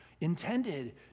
intended